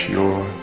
Pure